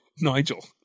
Nigel